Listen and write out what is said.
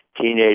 teenage